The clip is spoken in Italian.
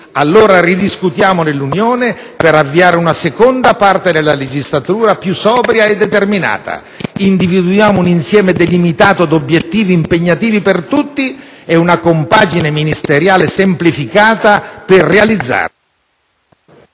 Allora, ridiscutiamo all'interno dell'Unione per avviare una seconda parte della legislatura più sobria e determinata, individuiamo un insieme delimitato di obiettivi impegnativi per tutti e una compagine ministeriale semplificata per realizzarli.